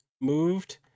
moved